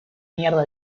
mierda